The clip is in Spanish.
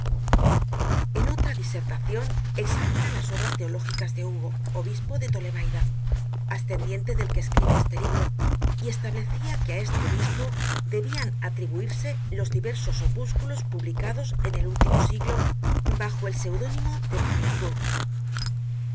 en otra disertacion examina las obras teológicas de hugo obispo de tolemaida ascendiente del que escribe este libro y establecia que á este obispo deben atribuirse los diversos opúsculos publicados en el último siglo bajo el pseudónimo de